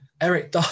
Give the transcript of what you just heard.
Eric